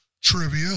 trivia